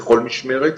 בכל משמרת,